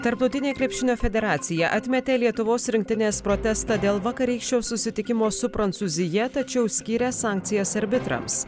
tarptautinė krepšinio federacija atmetė lietuvos rinktinės protestą dėl vakarykščio susitikimo su prancūzija tačiau skyrė sankcijas arbitrams